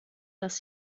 dass